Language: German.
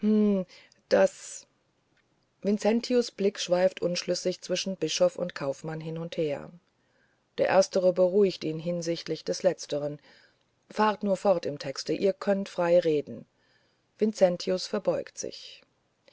daß vincentius blick schweift unschlüssig zwischen bischof und kaufmann hin und her der erstere beruhigt ihn rücksichtlich des letzteren fahrt nur fort im texte ihr könnt frei reden vincentius verbeugt sich